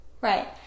Right